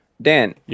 Dan